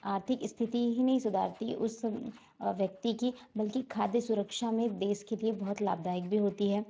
आर्थिक स्थिति ही नहीं सुधारती उस व्यक्ति की बल्कि खाद्य सुरक्षा में देश के लिए बहुत लाभदायक भी होती है